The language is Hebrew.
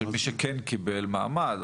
של מי שכן קיבל מעמד,